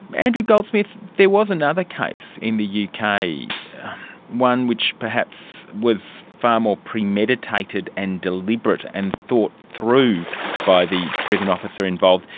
andrew goldsmith, there was another case in the yeah uk, one one which perhaps was far more premeditated and deliberate and thought through by the prison officer involved.